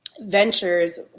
ventures